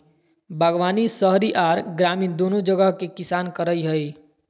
बागवानी शहरी आर ग्रामीण दोनो जगह के किसान करई हई,